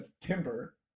Timber